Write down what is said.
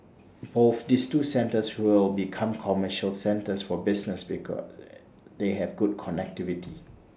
both these two centres will become commercial centres for business because they they have good connectivity